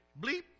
bleep